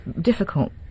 difficult